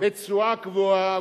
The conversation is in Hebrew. בתשואה קבועה,